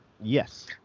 Yes